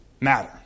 matter